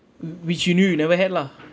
w~ which you knew you never had lah